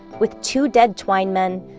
with two dead twine men,